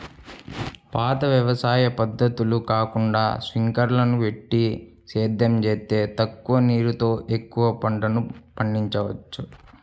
పాత వ్యవసాయ పద్ధతులు కాకుండా స్పింకర్లని బెట్టి సేద్యం జేత్తే తక్కువ నీరుతో ఎక్కువ పంటని పండిచ్చొచ్చు